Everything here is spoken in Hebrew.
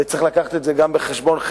וצריך להביא גם את זה בחשבון,